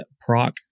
proc